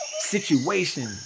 situation